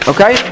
Okay